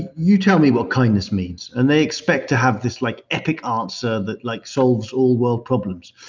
you tell me what kindness means. and they expect to have this like epic answer that like solves all world problems.